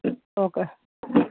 okay